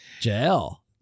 Jail